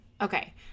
okay